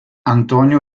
antonio